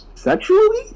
Sexually